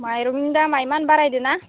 माइरंनि दामा इमान बारायदोंना